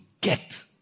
get